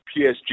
PSG